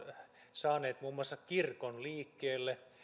saaneet muun muassa kirkon liikkeelle ja